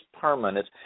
permanent